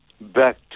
back